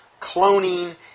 Cloning